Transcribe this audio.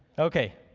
okay.